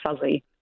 fuzzy